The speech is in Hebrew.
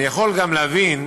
אני יכול גם להבין,